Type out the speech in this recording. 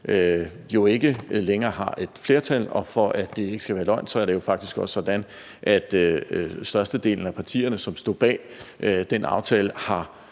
jo ikke længere har et flertal, og for at det ikke skal være løgn, er det faktisk også sådan, at størstedelen af partierne, som stod bag den aftale, har